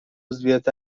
عضویت